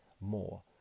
more